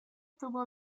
tuvo